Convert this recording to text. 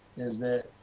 is that,